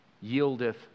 yieldeth